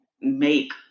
make